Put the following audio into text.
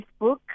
Facebook